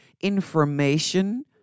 information